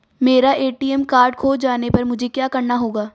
मेरा ATM card खो जाने पर मुझे क्या करना होगा?